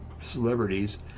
celebrities